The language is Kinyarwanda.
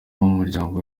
muryango